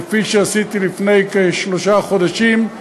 כפי שעשיתי לפני כשלושה חודשים,